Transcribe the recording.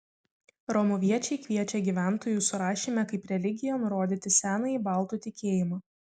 romuviečiai kviečia gyventojų surašyme kaip religiją nurodyti senąjį baltų tikėjimą